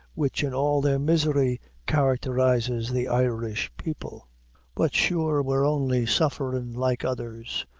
which in all their misery characterizes the irish people but sure we're only sufferin' like others,